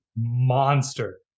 monster